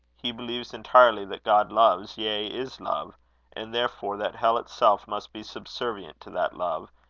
he believes entirely that god loves, yea, is love and, therefore, that hell itself must be subservient to that love,